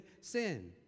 sin